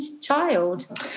child